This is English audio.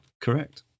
correct